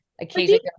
Occasionally